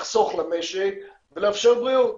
לחסוך למשק ולאפשר בריאות.